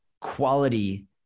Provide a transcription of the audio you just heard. quality